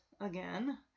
again